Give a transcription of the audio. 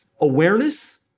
Awareness